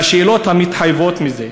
והשאלות המתחייבות מזה: